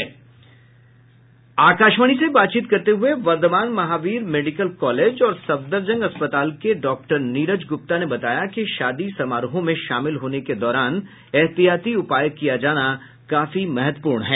आकाशवाणी से बातचीत करते हुए बर्धमान महावीर मेडिकल कॉलेज और सफदरगंज अस्पताल के डॉक्टर नीरज गुप्ता ने बताया कि शादी समारोहों में शामिल होने के दौरान एहतियात उपाय किया जाना काफी महत्वपूर्ण है